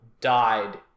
died